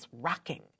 rocking